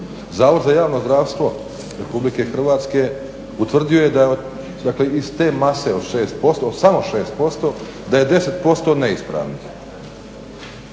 Zavod za javno zdravstvo Republike Hrvatske utvrdio je da dakle iz te mase od 6%, samo 6%, da je 10% neispravnih.